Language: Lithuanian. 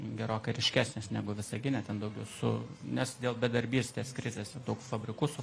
gerokai ryškesnės negu visagine ten daugiau su nes dėl bedarbystės krizės daug fabrikų su